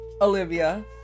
Olivia